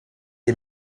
des